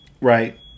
right